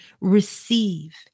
receive